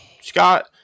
Scott